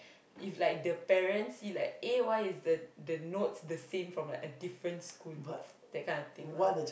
if like the parents see like eh why is the the notes the same from like a different school that kind of thing lah